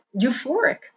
euphoric